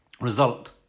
result